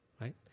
right